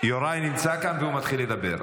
יוראי נמצא כאן והוא מתחיל לדבר.